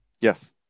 Yes